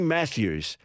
Matthews